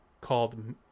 called